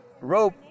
rope